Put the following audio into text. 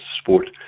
sport